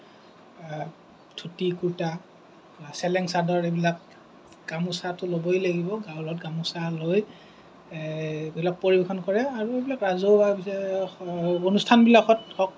ধূতি কুৰ্তা চেলেং চাদৰ এইবিলাক গামোচাতো ল'বই লাগিব লগত গামোচা লৈ এইবিলাক পৰিৱেশন কৰে আৰু এইবিলাক ৰাজহুৱা অনুষ্ঠানবিলাকত হওঁক